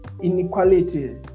inequality